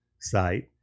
site